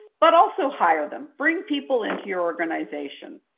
but also hire them. bring people into your organization.